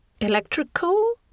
Electrical